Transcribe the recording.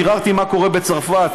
ביררתי מה קורה בצרפת,